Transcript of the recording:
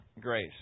grace